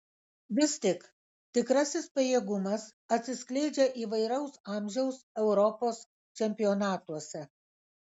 vis tik tikrasis pajėgumas atsiskleidžia įvairaus amžiaus europos čempionatuose